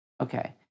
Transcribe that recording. okay